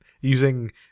Using